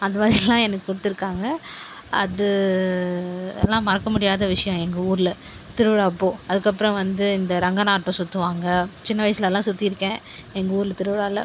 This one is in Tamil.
அந்தமாதிரி எல்லா எனக்கு கொடுத்துருக்காங்க அது எல்லாம் மறக்கமுடியாத விஷியம் எங்கள் ஊரில் திருவிழாப்போ அதுக்கப்புறம் வந்து இந்த ரங்கனாட்ட சுற்றுவாங்க சின்ன வயசுலலா சுற்றிருக்கேன் எங்கள் ஊரில் திருவிழாவில்